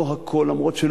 לא הכול על בסיס ותק,